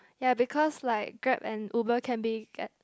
ya because like Grab and Uber can be